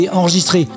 enregistré